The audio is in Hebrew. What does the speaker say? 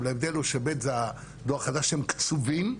ההבדל הוא ש-ב' זה הדור החדש שהם קצובים,